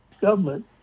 government